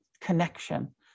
connection